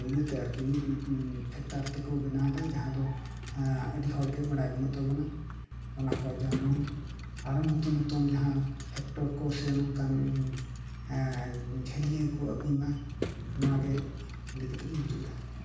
ᱤᱭᱟᱛᱮ ᱟᱨᱠᱤ ᱯᱷᱮᱠᱴᱟᱨ ᱛᱮᱠᱚ ᱵᱮᱱᱟᱣᱫᱟ ᱡᱟᱦᱟᱸ ᱫᱚ ᱟ ᱰᱤ ᱦᱚᱲ ᱜᱮ ᱵᱟᱰᱟᱭ ᱵᱟ ᱱᱩᱜ ᱛᱟᱵᱚᱱᱟ ᱚᱱᱟ ᱠᱚ ᱡᱮᱢᱚᱱ ᱟᱨᱚ ᱱᱩᱛᱩᱱ ᱱᱩᱛᱩᱱ ᱡᱟᱦᱟᱸ ᱯᱷᱮᱠᱴᱚᱨ ᱠᱚ ᱥᱮ ᱱᱚᱝᱠᱟᱱ ᱡᱷᱟᱹᱞᱭᱟᱹ ᱠᱚ ᱟᱜᱩᱭ ᱢᱟ ᱱᱚᱣᱟ ᱜᱮ ᱞᱟᱹᱭ ᱠᱟᱛᱮᱜ ᱜᱮᱧ ᱢᱩᱪᱟᱹᱫ ᱫᱟ